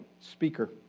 speaker